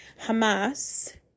Hamas